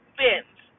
bins